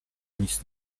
nic